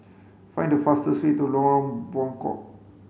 find the fastest way to Lorong Buangkok